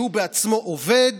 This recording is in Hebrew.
שהוא בעצמו עובד,